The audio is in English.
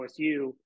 OSU